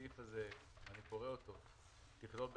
אני קורא אותו: "היא תכלול,